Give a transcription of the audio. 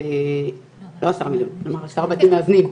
לא עשרה מיליון, עשרה בתים מאזנים.